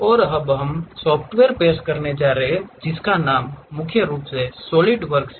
और अब हम सॉफ्टवेयर पेश करने जा रहे हैं जिसका नाम मुख्य रूप से सॉलिडवर्क्स है